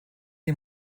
est